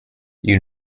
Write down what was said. you